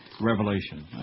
revelation